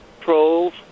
trolls